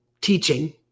teaching